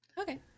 Okay